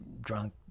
drunk